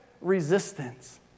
resistance